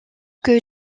que